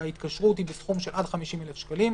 שההתקשרות היא בסכום של עד 50,000 שקלים.